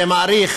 זה מאריך